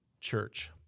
church